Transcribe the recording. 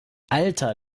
alter